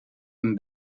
een